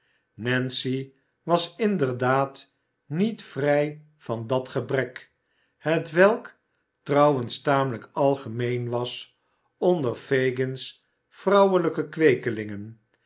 nancy was inderdaad niet vrij van dat gebrek hetwelk trouwens tamelijk algemeen was onder fagin's vrouwelijke